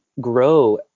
grow